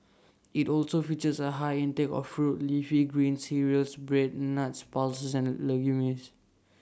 IT also features A high intake of fruit leafy greens cereals bread nuts pulses and legumes